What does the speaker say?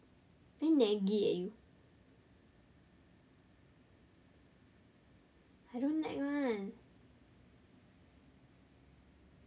damn naggy leh you I don't nag one